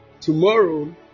tomorrow